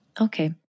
Okay